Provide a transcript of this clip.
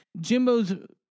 jimbo's